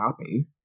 happy